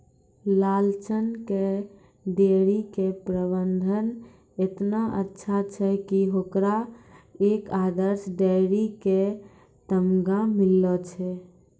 लालचन के डेयरी के प्रबंधन एतना अच्छा छै कि होकरा एक आदर्श डेयरी के तमगा मिललो छै